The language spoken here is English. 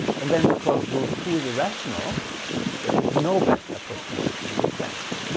and then because root two is irrational there is no best approximation in this sense.